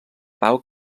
pau